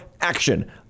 action